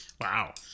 Wow